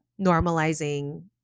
normalizing